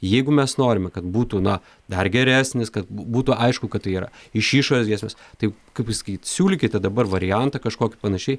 jeigu mes norime kad būtų na dar geresnis kad būtų aišku kad tai yra iš išorės grėsmės taip kaip pasakyt siūlykite dabar variantą kažkokį panašiai